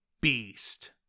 beast